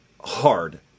hard